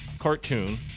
cartoon